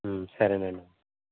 సరేనండి